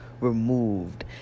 removed